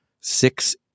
six